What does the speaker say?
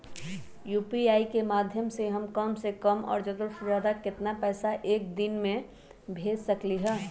UPI के माध्यम से हम कम से कम और ज्यादा से ज्यादा केतना पैसा एक दिन में भेज सकलियै ह?